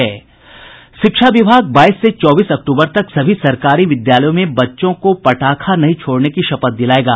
शिक्षा विभाग बाईस से चौबीस अक्टूबर तक सभी सरकारी विद्यालयों में बच्चों को पटाखा नहीं छोड़ने की शपथ दिलायेगा